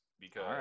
because-